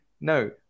no